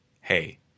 Hey